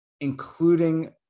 including